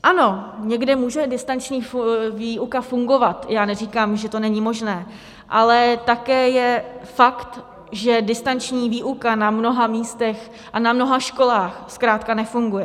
Ano, někde může distanční výuka fungovat, já neříkám, že to není možné, ale také je fakt, že distanční výuka na mnoha místech a na mnoha školách zkrátka nefunguje.